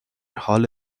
حال